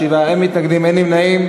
שבעה בעד, אין מתנגדים, אין נמנעים.